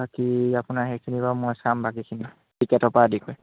বাকী আপোনাৰ সেইখিনি বাৰু মই চাম বাকীখিনি টিকেটৰ পৰা আদি কৰি